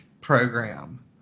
program